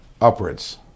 upwards